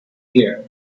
here